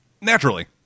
Naturally